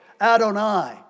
Adonai